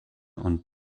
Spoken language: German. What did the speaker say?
und